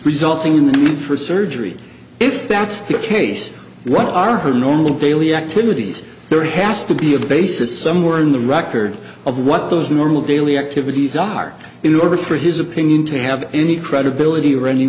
resulting in the mood for surgery if that's the case what are her normal daily activities there has to be a basis somewhere in the record of what those normal daily activities are in order for his opinion to have any credibility